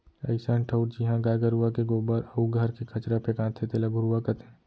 अइसन ठउर जिहॉं गाय गरूवा के गोबर अउ घर के कचरा फेंकाथे तेला घुरूवा कथें